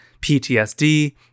PTSD